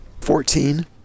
fourteen